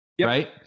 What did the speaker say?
right